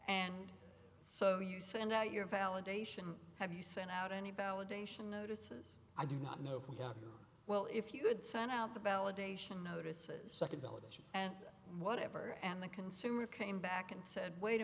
and so you send out your validation have you sent out any validation notices i do not know well if you could send out the validation notices such abilities and whatever and the consumer came back and said wait a